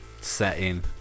setting